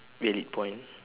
will it point